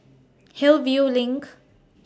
Hillview LINK